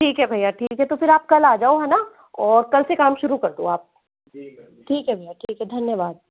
ठीक है भैया ठीक है तो फिर आप कल आ जाओ है ना और कल से काम शुरू कर दो आप ठीक है भैया ठीक है धन्यवाद